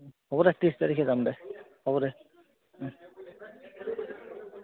হ'ব দে ত্ৰিছ তাৰিখে যাম দে হ'ব দে